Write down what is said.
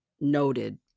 noted